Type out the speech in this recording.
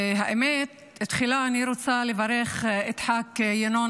האמת היא שתחילה אני רוצה לברך את חה"כ ינון